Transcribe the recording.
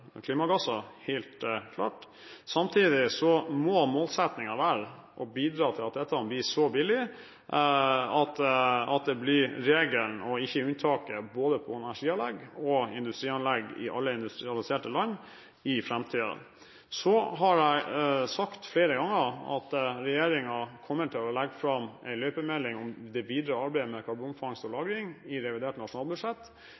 klimagasser – helt klart. Samtidig må målsetningen være å bidra til at dette blir så billig at det blir regelen og ikke unntaket på både energianlegg og industrianlegg i alle industrialiserte land i framtiden. Jeg har sagt flere ganger at regjeringen kommer til å legge fram en løypemelding om det videre arbeidet med karbonfangst og